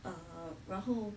err 然后